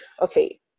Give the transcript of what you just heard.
okay